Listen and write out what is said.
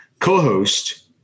co-host